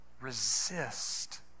resist